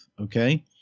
okay